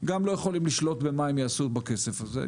גם לא יכולים לשלוט במה הם יעשו בכסף הזה,